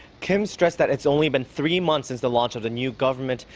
kim stressed that it's only been three months since the launch of the new government,